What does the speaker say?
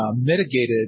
mitigated